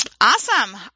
awesome